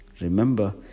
remember